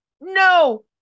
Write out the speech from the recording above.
No